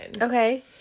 okay